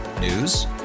News